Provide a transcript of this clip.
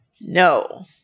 No